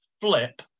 flip